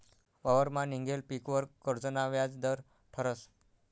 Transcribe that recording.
वावरमा निंघेल पीकवर कर्जना व्याज दर ठरस